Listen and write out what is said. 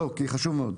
כי חשוב מאוד,